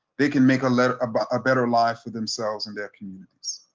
they can make a letter about a better life for themselves in their communities.